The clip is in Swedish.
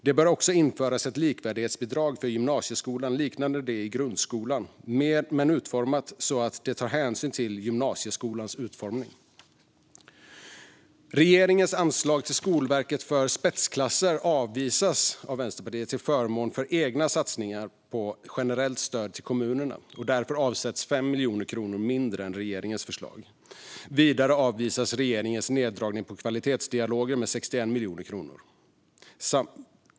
Det bör också införas ett likvärdighetsbidrag för gymnasieskolan liknande det i grundskolan men utformat så att det tar hänsyn till gymnasieskolans utformning. Regeringens anslag till Skolverket för spetsklasser avvisas av Vänsterpartiet till förmån för egna satsningar på generellt stöd till kommunerna, och därför avsätts 5 miljoner kronor mindre än i regeringens förslag. Vidare avvisas regeringens neddragning på kvalitetsdialoger med 61 miljoner kronor.